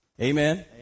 Amen